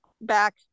back